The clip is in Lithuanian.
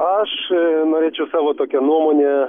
aš norėčiau savo tokią nuomonę